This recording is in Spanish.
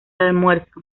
almuerzo